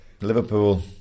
Liverpool